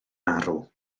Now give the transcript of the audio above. arw